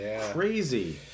crazy